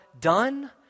done